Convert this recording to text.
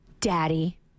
Daddy